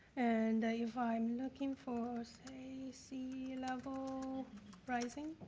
and if i'm looking for, say c level rising,